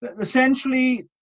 essentially